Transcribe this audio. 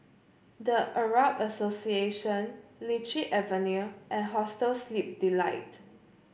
The Arab Association Lichi Avenue and Hostel Sleep Delight